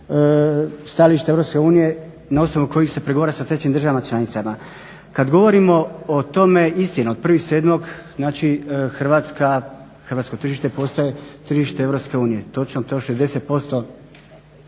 hrvatsko tržište postaje tržište EU. Točno, to je 60%